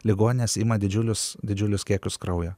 ligoninės ima didžiulius didžiulius kiekius kraujo